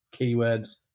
keywords